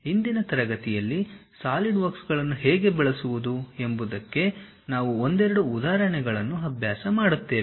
ಇಂದಿನ ತರಗತಿಯಲ್ಲಿ ಸಾಲಿಡ್ವರ್ಕ್ಗಳನ್ನು ಹೇಗೆ ಬಳಸುವುದು ಎಂಬುದಕ್ಕೆ ನಾವು ಒಂದೆರಡು ಉದಾಹರಣೆಗಳನ್ನು ಅಭ್ಯಾಸ ಮಾಡುತ್ತೇವೆ